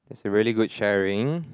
it's a really good sharing